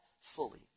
fully